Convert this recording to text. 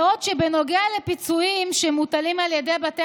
בעוד בנוגע לפיצויים שמוטלים על ידי בתי